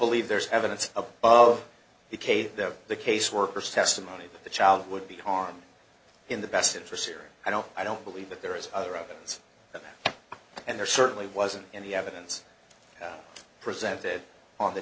believe there's evidence of u k that the caseworkers testimony that the child would be harmed in the best interests here i don't i don't believe that there is other evidence and there certainly wasn't in the evidence presented on the